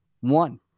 One